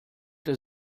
der